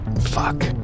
Fuck